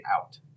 out